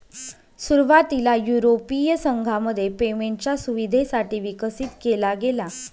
सुरुवातीला युरोपीय संघामध्ये पेमेंटच्या सुविधेसाठी विकसित केला गेला